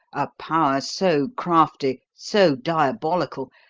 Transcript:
a power so crafty, so diabolical,